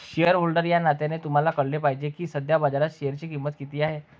shareholder या नात्याने तुम्हाला कळले पाहिजे की सध्या बाजारात शेअरची किंमत किती आहे